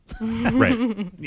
Right